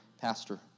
pastor